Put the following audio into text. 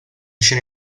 scene